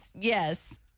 yes